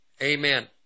Amen